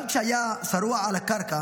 גם כשהיה שרוע על הקרקע